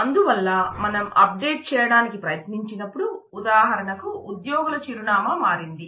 అందువల్ల మనం అప్డేట్ చేయడానికి ప్రయత్నించినప్పుడు ఉదాహరణకు ఉద్యోగుల చిరునామా మారింది